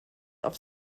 auf